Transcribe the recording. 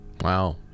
Wow